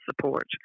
support